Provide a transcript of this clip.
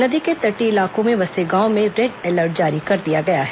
नदी के तटीय इलाकों में बसे गांवों में रेड अलर्ट जारी कर दिया गया है